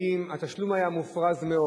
האם התשלום היה מופרז מאוד?